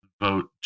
Vote